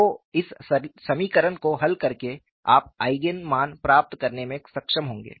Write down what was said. तो इस समीकरण को हल करके आप आईगेन मान प्राप्त करने में सक्षम होंगे